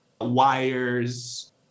wires